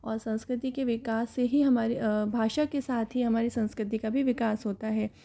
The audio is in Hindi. और संस्कृति के विकास से ही हमारे भाषा के साथ ही हमारी संस्कृति का भी विकास होता है